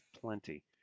plenty